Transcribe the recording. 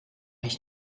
ich